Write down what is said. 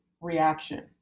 reaction